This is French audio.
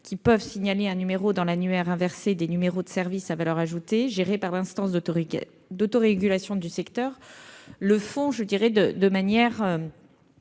qui signalent un numéro dans l'annuaire inversé des numéros de services à valeur ajoutée, géré par l'instance d'autorégulation du secteur, le font de leur propre